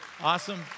Awesome